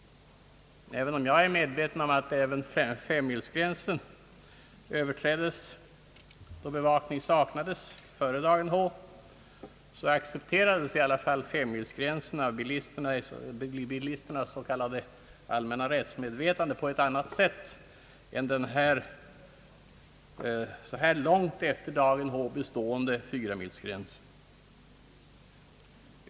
Även om jag är medveten om att fartgränsen 50 kilometer överträddes, då bevakning saknades före dagen H, accepterades den i alla fall i bilisternas allmänna rättsmedvetande på ett annat sätt än den här så långt efter dagen H bestående fartgränsen 40 kilometer.